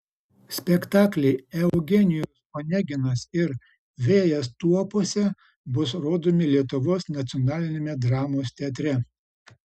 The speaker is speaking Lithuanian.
spektakliai eugenijus oneginas ir vėjas tuopose bus rodomi lietuvos nacionaliniame dramos teatre